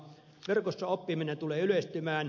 verkossa oppiminen tulee yleistymään